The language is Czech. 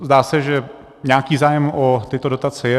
Zdá se, že nějaký zájem o tyto dotace je.